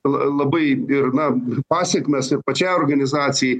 la labai ir na pasekmės ir pačiai organizacijai